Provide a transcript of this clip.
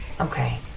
Okay